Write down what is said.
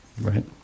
right